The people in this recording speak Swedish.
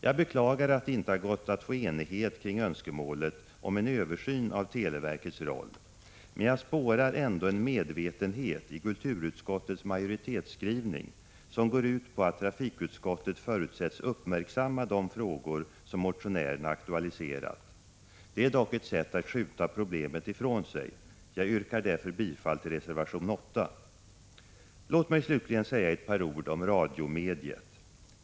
Jag beklagar att det inte har gått att få enighet kring önskemålet om en översyn av televerkets roll. Men jag spårar ändå en medvetenhet i kulturutskottets majoritetsskrivning, som går ut på att trafikutskottet förutsätts uppmärksamma de frågor som motionärerna aktualiserat. Det är dock ett sätt att skjuta problemet ifrån sig. Jag yrkar därför bifall till reservation 8. Låt mig slutligen säga ett par ord om radiomediet.